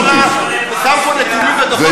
כל שנה הוא שם פה נתונים ודוחות מרשימים מאוד.